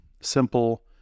simple